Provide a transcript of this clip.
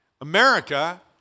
America